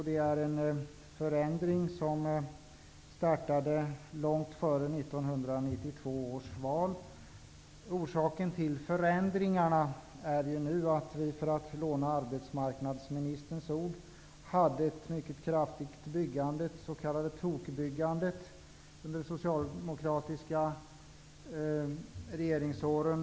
Det är en förändring som startade långt före 1992 års val. Orsaken till förändringarna är att vi, för att låna arbetsmarknadsministerns ord, hade ett mycket kraftigt byggande, det s.k. tokbyggandet, under den socialdemokratiska regeringsåren.